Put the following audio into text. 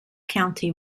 county